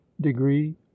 degree